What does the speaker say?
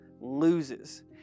loses